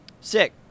Sick